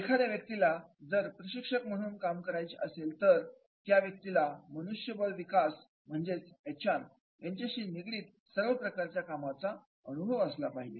एखाद्या व्यक्तीला जर प्रशिक्षक म्हणून काम करायचे असेल तर त्या व्यक्तीला मनुष्यबळ विकास म्हणजेच एच आर याच्याशी निगडित सर्व प्रकारच्या कामांचा अनुभव असला पाहिजे